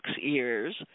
ears